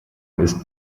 ist